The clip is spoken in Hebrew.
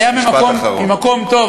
זה היה ממקום טוב,